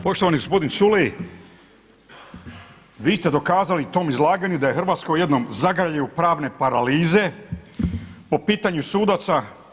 Poštovani gospodine Culej, vi ste dokazali u tom izlaganju da je Hrvatska u jednom zagrljaju pravne paralize po pitanju sudaca.